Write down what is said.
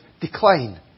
decline